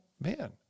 man